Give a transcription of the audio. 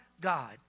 God